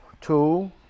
two